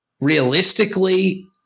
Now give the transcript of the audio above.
realistically